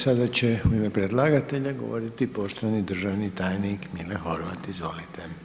Sad će u ime predlagatelja govoriti poštovani državni tajnik Mile Horvat, izvolite.